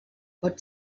pot